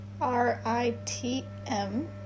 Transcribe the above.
R-I-T-M